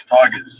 Tigers